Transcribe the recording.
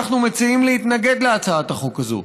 אנחנו מציעים להתנגד להצעת החוק הזאת,